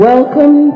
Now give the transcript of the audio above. Welcome